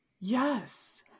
Yes